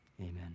amen